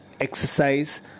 exercise